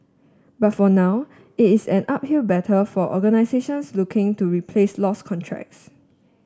but for now it is an uphill battle for organisations looking to replace lost contracts